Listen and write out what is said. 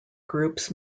groups